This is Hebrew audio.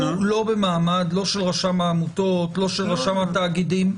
לא במעמד של רשם העמותות, לא של רשם התאגידים.